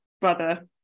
brother